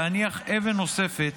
להניח אבן נוספת